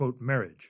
marriage